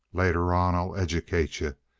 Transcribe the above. later on i'll educate you.